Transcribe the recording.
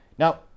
Now